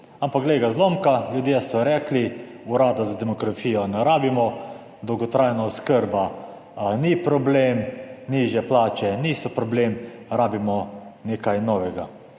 Ampak glej ga zlomka, ljudje so rekli, Urada za demografijo ne rabimo, dolgotrajna oskrba ni problem, nižje plače niso problem, rabimo nekaj novega.